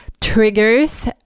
triggers